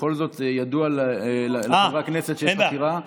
בכל זאת ידוע לחברי הכנסת שיש חקירה,